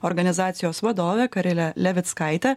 organizacijos vadove karile levickaite